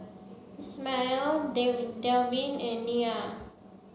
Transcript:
Ismael Delvin and Nia